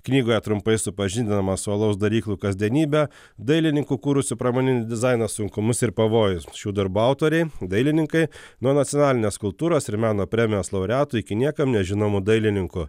knygoje trumpai supažindinama su alaus daryklų kasdienybe dailininkų kūrusių pramoninį dizainą sunkumus ir pavojus šių darbų autoriai dailininkai nuo nacionalinės kultūros ir meno premijos laureatų iki niekam nežinomų dailininkų